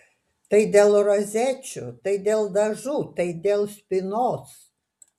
tai dėl rozečių tai dėl dažų tai dėl spynos